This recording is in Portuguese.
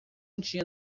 tinha